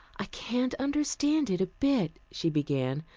i can't understand it a bit, she began,